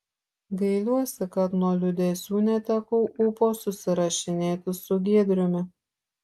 gailiuosi kad nuo liūdesių netekau ūpo susirašinėti su giedriumi